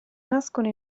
nascono